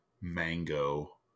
mango